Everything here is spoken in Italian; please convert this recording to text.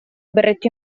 berretto